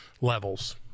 levels